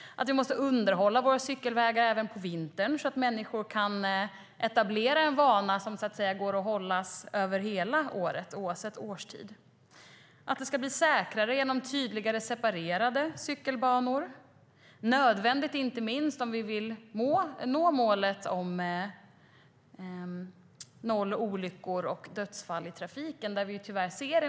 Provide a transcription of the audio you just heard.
Vi måste underhålla våra cykelvägar även på vintern, så att människor kan etablera en vana som kan hållas över hela året oavsett årstid. Det ska bli säkrare genom tydligare separerade cykelbanor. Det är nödvändigt inte minst för att vi ska nå målet om noll dödsfall i trafiken.